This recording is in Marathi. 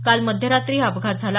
काल मध्यरात्री हा अपघात झाला